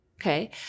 okay